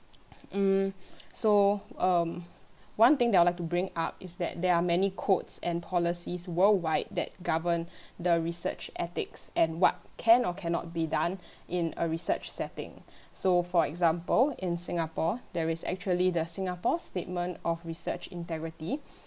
mm so um one thing that I would like to bring up is that there are many codes and policies world wide that govern the research ethics and what can or can not be done in a research setting so for example in Singapore there is actually the Singapore statement of research integrity